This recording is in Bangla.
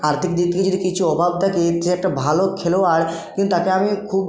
আর্থিক দিক থেকে যদি কিছু অভাব থাকে সে একটা ভালো খেলোয়াড় তাকে আমি খুব